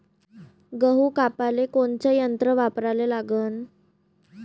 गहू कापाले कोनचं यंत्र वापराले लागन?